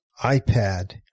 iPad